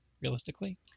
realistically